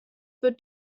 wird